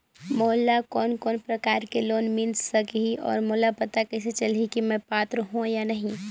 मोला कोन कोन प्रकार के लोन मिल सकही और मोला पता कइसे चलही की मैं पात्र हों या नहीं?